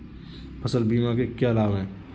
फसल बीमा के क्या लाभ हैं?